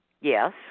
Yes